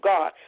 God